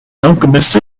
alchemist